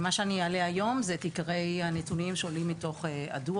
אני אעלה היום את עיקרי הנתונים שעולים מהדוח.